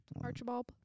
Archibald